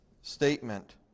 statement